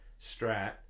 Strat